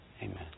Amen